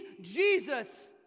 Jesus